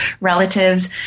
relatives